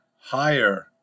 higher